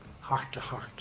heart-to-heart